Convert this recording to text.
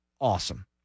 awesome